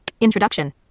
Introduction